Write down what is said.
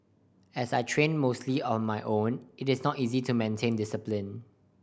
as I train mostly on my own it is not easy to maintain discipline